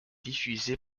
diffusée